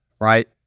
right